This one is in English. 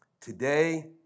Today